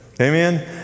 Amen